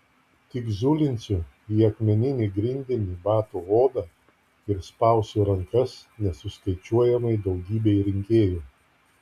tik zulinsiu į akmeninį grindinį batų odą ir spausiu rankas nesuskaičiuojamai daugybei rinkėjų